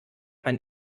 mein